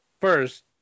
first